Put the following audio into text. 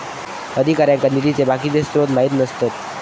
अधिकाऱ्यांका निधीचे बाकीचे स्त्रोत माहित नसतत